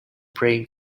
praying